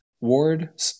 ward